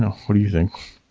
what do you think?